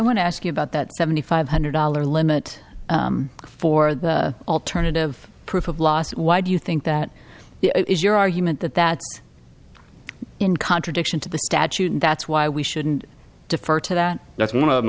want to ask you about that seventy five hundred dollar limit for the alternative proof of loss why do you think that is your argument that that in contradiction to the statute that's why we shouldn't defer to that that's one of them